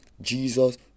Jesus